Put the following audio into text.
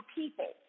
people